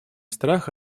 страх